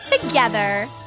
together